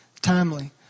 timely